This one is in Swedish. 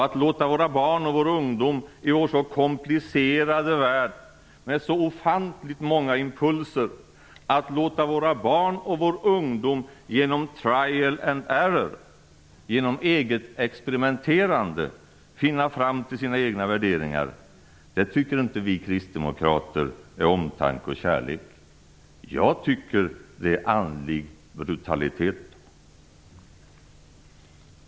Att låta våra barn och våra ungdomar i vår så komplicerade värld, med så ofantligt många impulser, genom trial and error, genom eget experimenterande finna fram till sina egna värderingar tycker inte vi kristdemokrater är omtanke och kärlek. Jag tycker att det är andlig brutalitet.